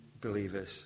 believers